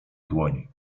dłoni